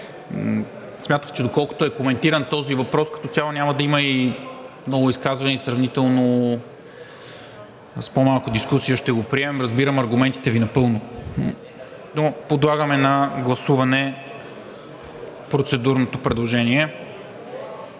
смятах, че доколкото е коментиран този въпрос, като цяло няма да има много изказвания и сравнително с по-малко дискусия ще го приемем. Разбирам аргументите Ви напълно. Подлагам на гласуване процедурното предложение